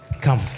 come